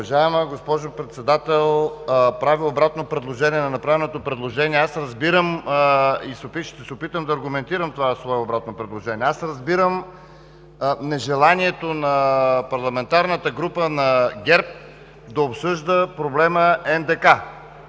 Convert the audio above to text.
Уважаема госпожо Председател! Правя обратно предложение на направеното. Ще се опитам да аргументирам това свое обратно предложение. Аз разбирам нежеланието на парламентарната група на ГЕРБ да обсъжда проблемът НДК.